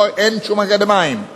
אין שום אקדמאים.